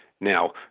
Now